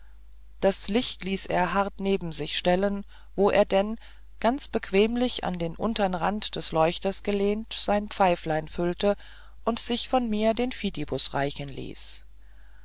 das licht ließ er hart neben sich stellen wo er denn ganz bequemlich an den untern rand des leuchters gelehnt sein pfeiflein füllte und sich von mir den fidibus reichen ließ